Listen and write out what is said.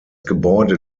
gebäude